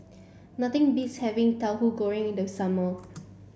nothing beats having Tahu Goreng in the summer